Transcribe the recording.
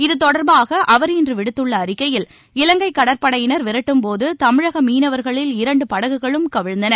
இத்தொடர்பாக அவர் இன்று விடுத்துள்ள அறிக்கையில் இலங்கை கடற்படையினர் விரட்டும் போது தமிழக மீனவர்களின் இரண்டு படகுகளும் கவிழ்ந்தன